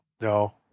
No